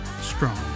strong